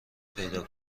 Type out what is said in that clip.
پیدا